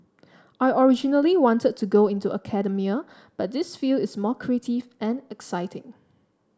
I originally wanted to go into academia but this field is more creative and exciting